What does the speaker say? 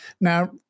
Now